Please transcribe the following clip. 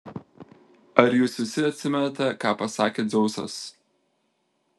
ar jūs visi atsimenate ką pasakė dzeusas